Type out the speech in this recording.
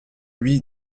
lui